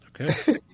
Okay